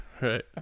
right